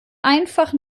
einfach